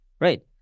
Right